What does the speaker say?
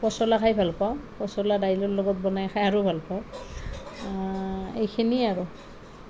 পচলা খাই ভাল পাওঁ পচলা দাইলৰ লগত বনাই খাই আৰু ভাল পাওঁ এইখিনিয়ে আৰু